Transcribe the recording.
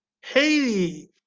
Haiti